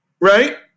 right